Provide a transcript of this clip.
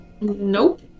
Nope